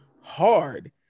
hard